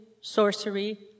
sorcery